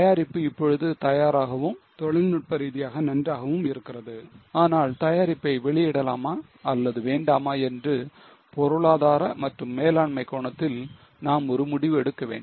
தயாரிப்பு இப்பொழுது தயாராகவும் தொழில்நுட்ப ரீதியாக நன்றாகவும் இருக்கிறது ஆனால் தயாரிப்பை வெளியிடலாமா அல்லது வேண்டாமா என்று பொருளாதார மற்றும் மேலாண்மை கோணத்தில் நாம் ஒரு முடிவு எடுக்க வேண்டும்